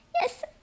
yes